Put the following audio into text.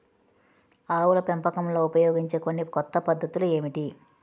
ఆవుల పెంపకంలో ఉపయోగించే కొన్ని కొత్త పద్ధతులు ఏమిటీ?